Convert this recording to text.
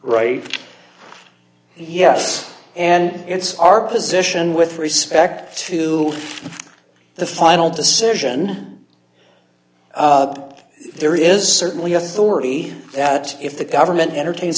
right yes and it's our position with respect to the final decision there is certainly authority that if the government entertains